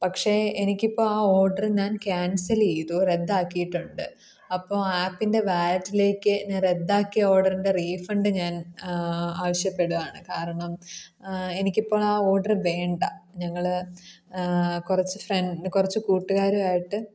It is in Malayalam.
പക്ഷേ എനിക്കിപ്പോൾ ആ ഓഡറ് ഞാൻ കാൻസൽ ചെയ്തു റദ്ദാക്കിയിട്ടുണ്ട് അപ്പോൾ ആപ്പിൻ്റെ വാലറ്റിലേക്ക് ഞാൻ റദ്ദാക്കിയ ഓഡറിൻ്റെ റീഫണ്ട് ഞാൻ ആവശ്യപ്പെടുവാണ് കാരണം എനിക്കിപ്പോൾ ആ ഓഡറ് വേണ്ട ഞങ്ങൾ കുറച്ച് ഫ്രണ്ട് കുറച്ച് കൂട്ടുകാരുമായിട്ട്